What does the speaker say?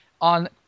on